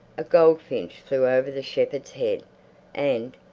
a goldfinch flew over the shepherd's head and,